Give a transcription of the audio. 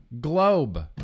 Globe